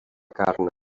carn